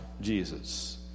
Jesus